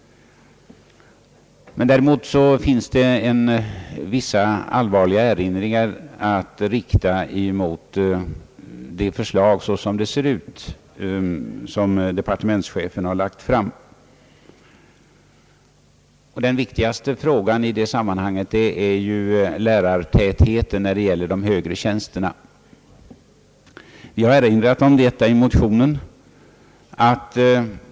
Däremot finns det vissa allvarliga erinringar att rikta mot departementschefens förslag i dess nuvarande form. Den viktigaste frågan i detta sammanhang är lärartätheten när det gäller de högre tjänsterna. Vi har erinrat om detta i motionen.